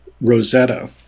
Rosetta